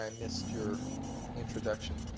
um missed your introduction.